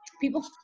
people